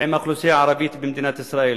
עם האוכלוסייה הערבית במדינת ישראל.